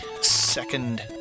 Second